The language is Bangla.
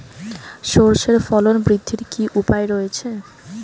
সর্ষের ফলন বৃদ্ধির কি উপায় রয়েছে?